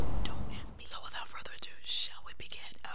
don't at me. so without further ado, shall we begin?